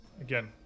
Again